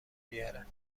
بیاره